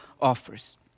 offers